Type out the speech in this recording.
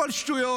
הכול שטויות.